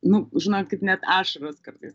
nu žinokit net ašaras kartais